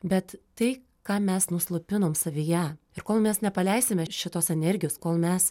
bet tai ką mes nuslopinom savyje ir kol mes nepaleisime šitos energijos kol mes